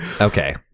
Okay